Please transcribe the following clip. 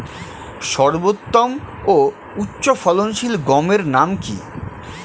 সর্বোত্তম ও উচ্চ ফলনশীল গমের নাম কি?